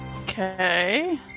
Okay